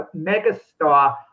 megastar